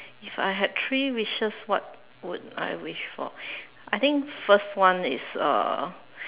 if I had three wishes what would I wish for I think first one is uh